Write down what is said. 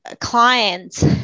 clients